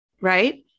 right